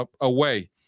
Away